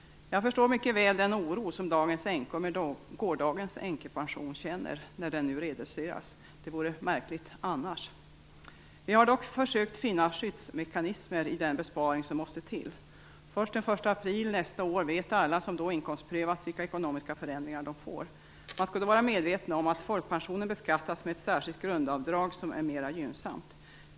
Jag förstår mycket väl den oro som dagens änkor med gårdagens änkepension känner när den nu reduceras. Det vore märkligt annars. Vi har dock försökt finna skyddsmekanismer i den besparing som måste till. Först den 1 april nästa år vet alla som då inkomstprövats vilka ekonomiska förändringar de får. Man skall då vara medveten om att folkpensionen beskattas med ett särskilt grundavdrag som är mera gynnsamt.